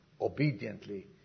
obediently